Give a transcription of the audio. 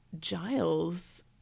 Giles